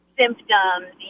symptoms